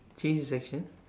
change the section